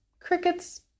crickets